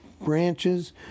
branches